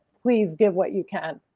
please give what you can.